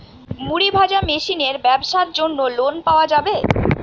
মুড়ি ভাজা মেশিনের ব্যাবসার জন্য লোন পাওয়া যাবে?